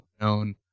known